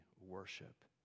worship